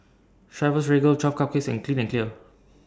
Chivas Regal twelve Cupcakes and Clean and Clear